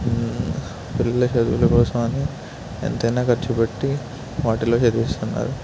పిల్లలు చదువుల కోసమని ఎంతైనా ఖర్చు పెట్టి వాటిల్లో చదివిస్తున్నారు